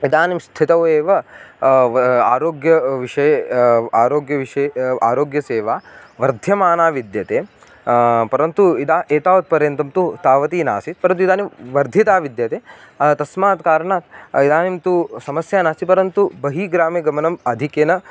इदानीं स्थितौ एव आरोग्यविषये आरोग्यविषये आरोग्यसेवा वर्धमाना विद्यते परन्तु इदानीम् एतावत्पर्यन्तं तु तावती नासीत् परन्तु इदानीं वर्धिता विद्यते तस्मात् कारणात् इदानिं तु समस्या नास्ति परन्तु बहिः ग्रामे गमनम् आधिक्येन